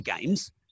games